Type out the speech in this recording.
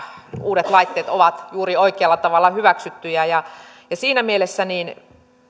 uudet laitteet ovat juuri oikealla tavalla hyväksyttyjä siinä mielessä